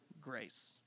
grace